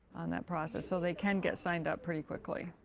on that process so they can get signed up pretty quickly.